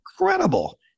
incredible